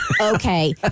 okay